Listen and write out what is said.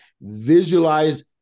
visualize